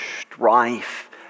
strife